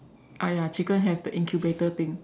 ah ya chicken have the incubator thing